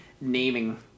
naming